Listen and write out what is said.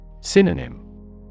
Synonym